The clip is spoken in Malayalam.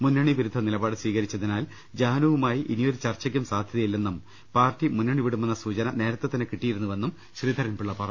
മുന്നണി വിരുദ്ധ നിലപാട് സ്വീകരിച്ചതിനാൽ ജാനുവുമായി ഇനിയൊരു ചർച്ചയ്ക്കും സാധ്യതയില്ലെന്നും പാർട്ടി മുന്നണി വിടുമെന്ന സൂചന നേരത്തെ തന്നെ കിട്ടിയിരുന്നുവെന്നും ശ്രീധരൻപിള്ള അറിയിച്ചു